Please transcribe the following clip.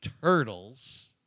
turtles